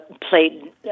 played